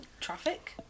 traffic